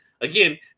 Again